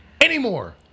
anymore